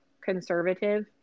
conservative